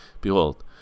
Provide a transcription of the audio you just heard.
Behold